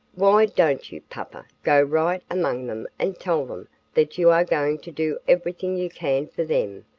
why don't you, papa, go right among them and tell them that you are going to do everything you can for them,